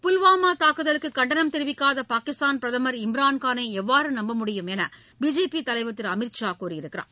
புல்வாமா தாக்குதலுக்கு கண்டனம் தெரிவிக்காத பாகிஸ்தான் பிரதமர் இம்ரான்கானை எவ்வாறு நம்ப முடியும் என்று பிஜேபி தலைவர் திரு அமித் ஷா கூறியிருக்கிறார்